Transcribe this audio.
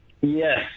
Yes